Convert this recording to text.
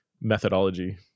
methodology